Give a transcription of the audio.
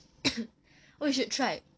oh you should try